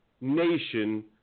nation